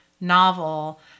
novel